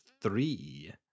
Three